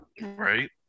Right